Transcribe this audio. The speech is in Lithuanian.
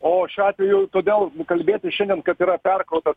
o šiuo atveju todėl kalbėti šiandien kad yra perkopęs